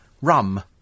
rum